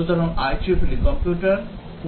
সুতরাং IEEE computer